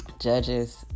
judges